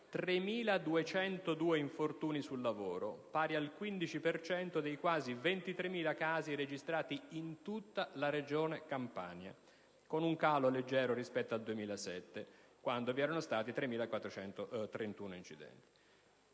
3.202 infortuni sul lavoro, pari al 15 per cento dei quasi 23.000 casi registrati in tutta la regione Campania, con un leggero calo rispetto al 2007, quando si sono avuti 3.431 incidenti.